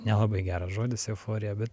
nelabai geras žodis euforija bet